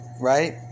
right